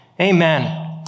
Amen